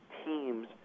teams